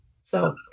So-